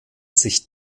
sich